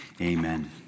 Amen